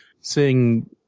seeing